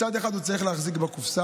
מצד אחד הוא צריך להחזיק בקופסה,